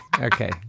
Okay